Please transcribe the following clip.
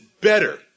better